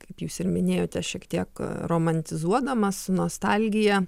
kaip jūs ir minėjote šiek tiek romantizuodamas su nostalgija